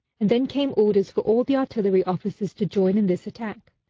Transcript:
and then came orders for all the artillery officers to join in this attack.